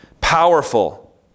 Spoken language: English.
powerful